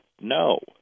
No